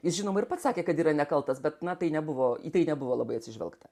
jis žinoma ir pats sakė kad yra nekaltas bet na tai nebuvo į tai nebuvo labai atsižvelgta